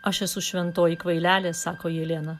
aš esu šventoji kvailelė sako jelena